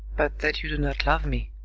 but that you do not love me.